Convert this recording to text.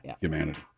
humanity